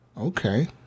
Okay